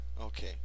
okay